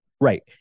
Right